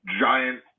giant